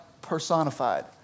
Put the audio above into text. personified